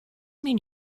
mean